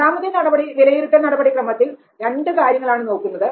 രണ്ടാമത്തെ വിലയിരുത്തൽ നടപടിക്രമത്തിൽ രണ്ട് കാര്യങ്ങളാണ് നോക്കുന്നത്